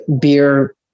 beer